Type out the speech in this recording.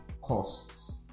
costs